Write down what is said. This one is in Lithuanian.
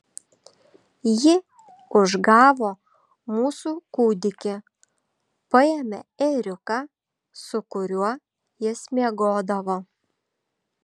ji užgavo mūsų kūdikį paėmė ėriuką su kuriuo jis miegodavo